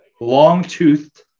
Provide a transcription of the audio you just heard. long-toothed